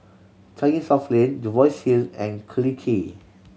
Changi South Lane Jervois Hill and Collyer Quay